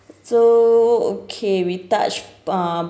so okay we touch um